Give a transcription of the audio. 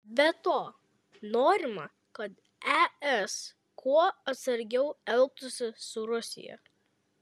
be to norima kad es kuo atsargiau elgtųsi su rusija